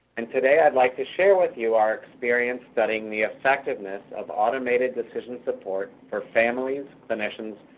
and today i'd like to share with you our experience studying the effectiveness of automated decision support for families, clinicians,